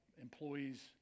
employees